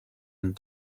and